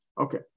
Okay